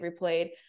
replayed